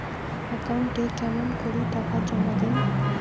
একাউন্টে কেমন করি টাকা জমা দিম?